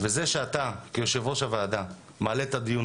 וזה שאתה כיושב ראש הוועדה מעלה את הדיון